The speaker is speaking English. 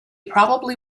probably